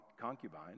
concubine